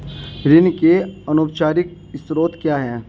ऋण के अनौपचारिक स्रोत क्या हैं?